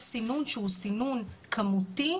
יש סינון שהוא סינון כמותי,